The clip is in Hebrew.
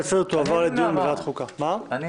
להעביר את ההצעה לסדר לדיון בוועדת החוקה אושרה.